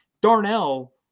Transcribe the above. Darnell